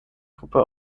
gruppe